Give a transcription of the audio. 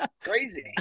crazy